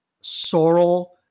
Sorrel